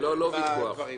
למיטב הבנתי,